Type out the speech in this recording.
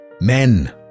Men